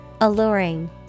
Alluring